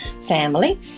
family